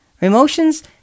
Emotions